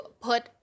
put